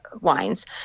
wines